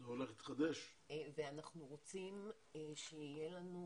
אנחנו רוצים שתהיה לנו